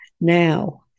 Now